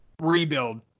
rebuild